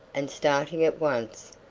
and starting at once,